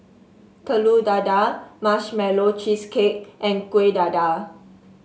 Telur Dadah Marshmallow Cheesecake and Kueh Dadar